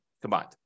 combined